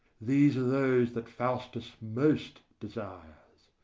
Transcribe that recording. these are those that faustus most desires.